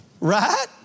Right